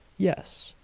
yes.